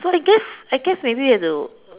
so I guess I guess maybe you have to